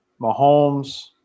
Mahomes